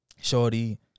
Shorty